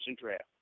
draft